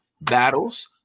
Battles